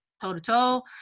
toe-to-toe